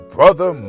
Brother